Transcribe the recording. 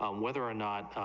um whether or not,